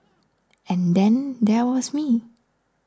and then there was me